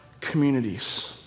communities